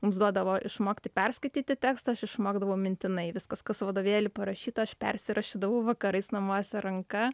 mums duodavo išmokti perskaityti tekstą aš išmokdavau mintinai viskas kas vadovėly parašyta aš persirašydavau vakarais namuose ranka